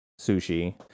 sushi